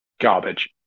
garbage